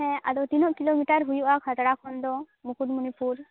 ᱦᱮᱸ ᱟᱫᱚ ᱛᱤᱱᱟᱹ ᱠᱤᱞᱳᱢᱤᱴᱟᱨ ᱦᱩᱭᱩᱜᱼᱟ ᱠᱷᱟᱛᱲᱟ ᱠᱷᱚᱱ ᱫᱚ ᱢᱩᱠᱩᱴᱢᱩᱱᱤᱯᱩᱨ